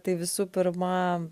tai visų pirma